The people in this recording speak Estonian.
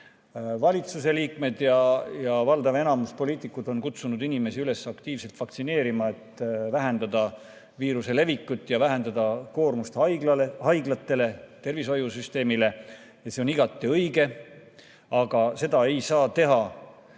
Valitsuse liikmed ja valdav enamus poliitikuid on kutsunud inimesi üles aktiivselt vaktsineerima, et vähendada viiruse levikut ja vähendada koormust haiglatele, üldse tervishoiusüsteemile, ja see on igati õige. Aga seda ei saa teha